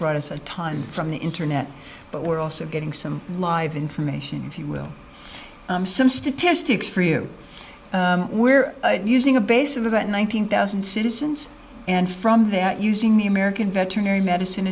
brought us a ton from the internet but we're also getting some live information if you will some statistics for you we're using a base of about nine hundred thousand citizens and from that using the american veterinary medicine